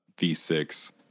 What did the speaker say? V6